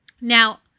Now